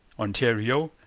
ontario,